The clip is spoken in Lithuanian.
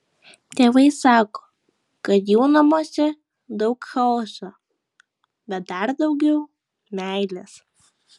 tėvai sako kad jų namuose daug chaoso bet dar daugiau meilės